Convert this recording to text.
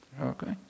Okay